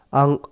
ang